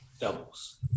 doubles